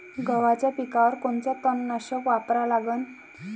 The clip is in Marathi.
गव्हाच्या पिकावर कोनचं तननाशक वापरा लागन?